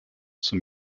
some